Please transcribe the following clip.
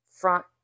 front